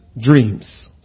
dreams